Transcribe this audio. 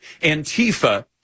Antifa